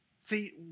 See